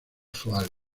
usual